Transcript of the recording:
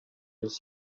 his